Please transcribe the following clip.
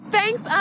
Thanks